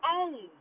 own